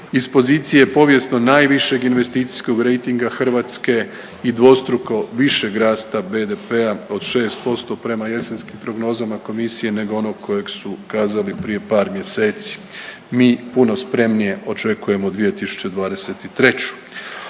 Iz pozicije povijesno najvišeg investicijskog rejtinga Hrvatske i dvostruko višeg rasta BDP-a od 6% prema jesenskim prognozama komisije nego onog koje su kazali prije par mjeseci mi puno spremnije očekujemo 2023..